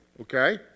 okay